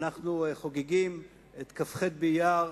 אנו חוגגים את כ"ח באייר,